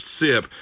sip